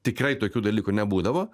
tikrai tokių dalykų nebūdavo